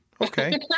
okay